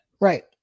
Right